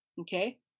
okay